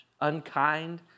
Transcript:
unkind